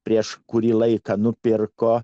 prieš kurį laiką nupirko